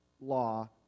law